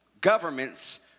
governments